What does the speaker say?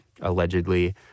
allegedly